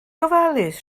gofalus